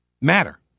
matter